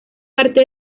parte